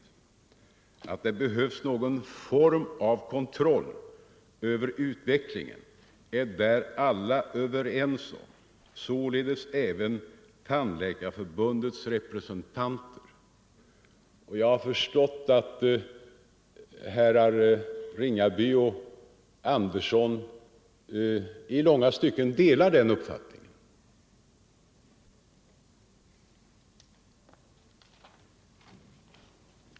Att - Nr 126 det behövs någon form av kontroll över utvecklingen är alla där överens Torsdagen den om, således även Tandläkarförbundets representanter. Jag har förstått 21 november 1974 att herrar Ringaby och Andersson i Örebro i långa stycken delar den = uppfattningen.